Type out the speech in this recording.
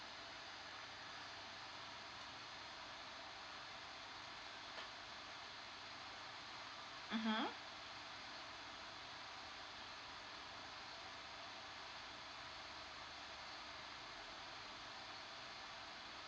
mmhmm